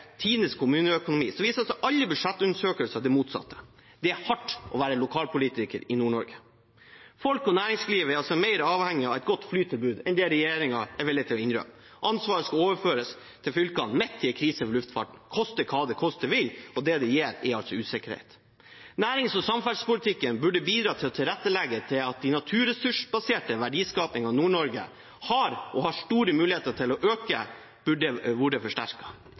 hardt å være lokalpolitiker i Nord-Norge. Folk og næringsliv er mer avhengige av et godt flytilbud enn det regjeringen er villig til å innrømme. Ansvaret skal overføres til fylkene, midt i en krise for luftfarten – koste hva det koste vil – og det det gir, er usikkerhet. Nærings- og samferdselspolitikken burde bidra til å tilrettelegge for at den naturressursbaserte verdiskapingen Nord-Norge har og har store muligheter til å øke, ble forsterket. Staten burde